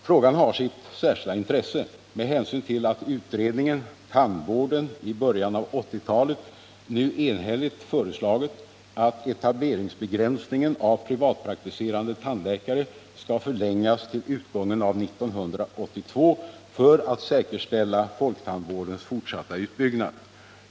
Frågan har sitt särskilda intresse med hänsyn till att utredningen Tandvården i början av 1980-talet nu enhälligt föreslagit att etableringsbegränsningen av privatpraktiserande tandläkare skall förlängas till utgången av 1982 för att säkerställa folktandvårdens fortsatta utbyggnad.